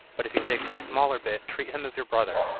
but if he takes the smaller bit treat him as your brother,